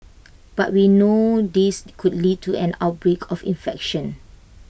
but we know this could lead to an outbreak of infection